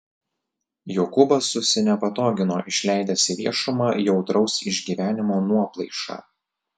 jokūbas susinepatogino išleidęs į viešumą jautraus išgyvenimo nuoplaišą